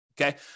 okay